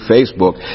Facebook